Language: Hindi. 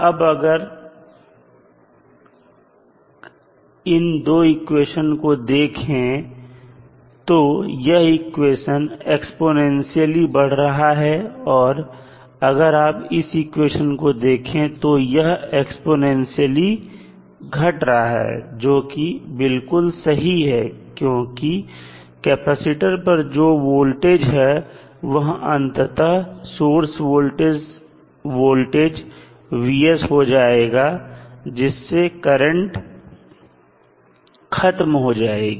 अब अगर कार इन 2 इक्वेशन को देखें तो यह इक्वेशन एक्स्पोनेंशियलई बढ़ रहा है और अगर आप इस इक्वेशन को देखें तो यह एक्स्पोनेंशियलई घट रहा है जो कि बिल्कुल सही है क्योंकि कैपेसिटर पर जो वोल्टेज है वह अंततः सोर्स वोल्टेज हो जाएगा जिससे करंट खत्म हो जाएगी